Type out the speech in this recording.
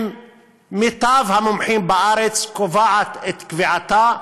עם מיטב המומחים בארץ, קובעת את קביעתה,